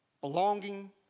Belonging